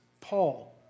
Paul